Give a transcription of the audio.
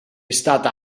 stata